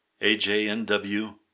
AJNW